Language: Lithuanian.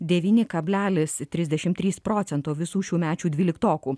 devyni kablelis trisdešimt trys procento visų šiųmečių dvyliktokų